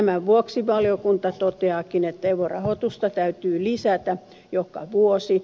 tämän vuoksi valiokunta toteaakin että evo rahoitusta täytyy lisätä joka vuosi